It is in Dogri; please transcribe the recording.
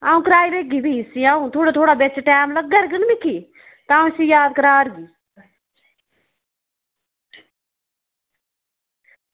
अ'ऊं कराई ओड़गी फ्ही इसी अ'ऊं थोह्ड़ा थह्ड़ा बिच बिच टैम लग्गग ना मिगी तां इसी याद करा करगी